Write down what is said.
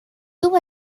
tuvo